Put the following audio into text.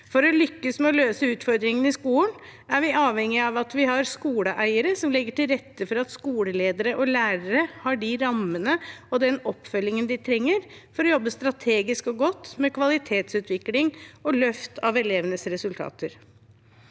For å lykkes med å løse utfordringene i skolen er vi avhengig av at vi har skoleeiere som legger til rette for at skoleledere og lærere har de rammene og den oppfølgingen de trenger for å jobbe strategisk og godt med kvalitetsutvikling og et løft av elevenes resultater.